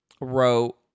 wrote